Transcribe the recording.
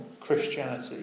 Christianity